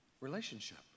Relationship